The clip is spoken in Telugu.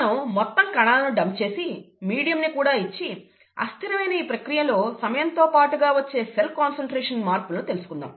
మనం మొత్తం కణాలను డంప్ చేసి మీడియంను కూడా ఇచ్చి అస్థిరమైన ఈ ప్రక్రియలో సమయం తో పాటుగా వచ్చే సెల్ కాన్సన్ట్రేషన్ మార్పులను తెలుసుకుందాం